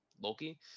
Loki